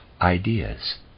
ideas